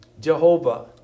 Jehovah